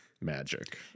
Magic